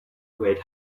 great